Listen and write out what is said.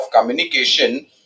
communication